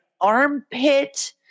armpit